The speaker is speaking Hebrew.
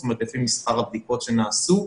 זאת אומרת לפי מספר הבדיקות שנעשו.